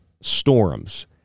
storms